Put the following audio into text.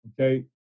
okay